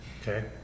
okay